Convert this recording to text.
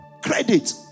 credit